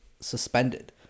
suspended